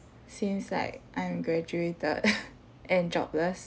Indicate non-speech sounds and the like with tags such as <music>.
since like I'm graduated <laughs> and jobless